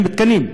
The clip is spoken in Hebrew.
וכן תקנים,